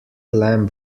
lamb